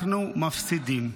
אנחנו מפסידים.